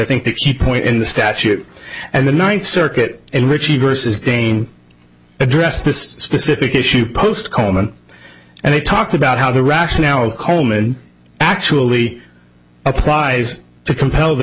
think the key point in the statute and the ninth circuit in which he versus dame addressed this specific issue post coleman and they talked about how the rationale coleman actually applies to compel the